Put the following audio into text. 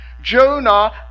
Jonah